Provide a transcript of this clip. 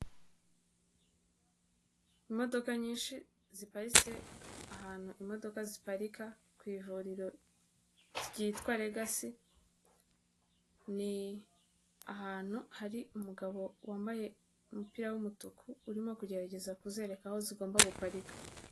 Imodoka nyinshi ziparitse ahantu, imodoka ziparika ku ivuriro ryitwa regasi, ni ahantu hari umugabo wambaye umupira w'umutuku urimo kugerageza kuzereka aho zigomba guparika.